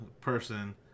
person